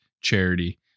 charity